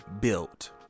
built